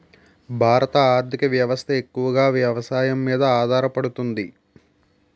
భారత ఆర్థిక వ్యవస్థ ఎక్కువగా వ్యవసాయం మీద ఆధారపడుతుంది